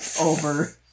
over